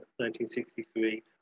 1963